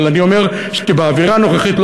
אבל אני אומר שבאווירה הנוכחית,